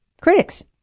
critics